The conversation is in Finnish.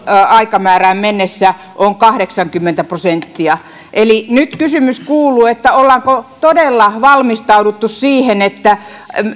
aikamäärään mennessä on kahdeksankymmentä prosenttia eli nyt kysymys kuuluu ollaanko todella valmistauduttu siihen että